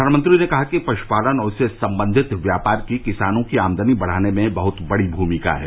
प्रधानमंत्री ने कहा कि पशुपालन और इससे संबंधित व्यापार की किसानों की आमदनी बढ़ाने में बहुत बड़ी भूमिका है